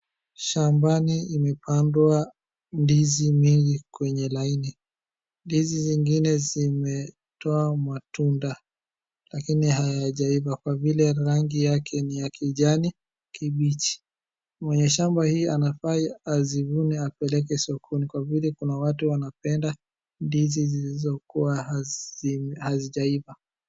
Shambani imepandwa ndizi mingi kwenye laini. Ndizi zingine zimetoa matunda lakini hayajaiva kwa vile rangi yake ni ya kijani kibichi. Mwenye shamba hii anafaa azivune apeleke sokoni kwa vile kuna watu wanapenda ndizi zilizokuwa hazijaiva.